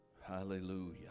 Hallelujah